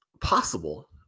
possible